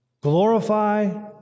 glorify